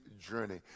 journey